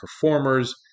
performers